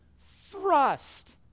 thrust